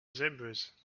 zebras